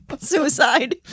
Suicide